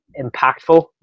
impactful